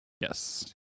yes